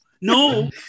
No